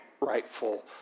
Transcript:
rightful